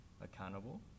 accountable